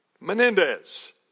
Menendez